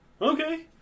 okay